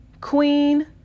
queen